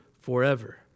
forever